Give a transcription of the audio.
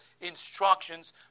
instructions